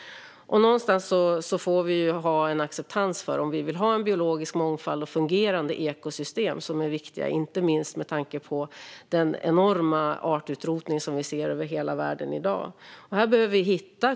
Om vi vill ha en biologisk mångfald och fungerade ekosystem som är viktiga, inte minst med tanke på den enorma artutrotning som vi ser över hela världen i dag, får vi ha en acceptans för detta.